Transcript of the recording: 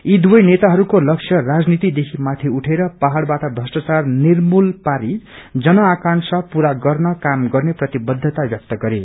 यी दुवै नेताहरूको लक्ष्य राजनैतिक देखि माथि उठेर पहाड़बाट थ्रष्टाचार निर्मूल पारी जन आकांक्षा पूरा गर्न काम गर्ने प्रतिबद्धता व्यक्त गरे